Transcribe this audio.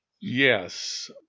Yes